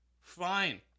Fine